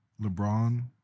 LeBron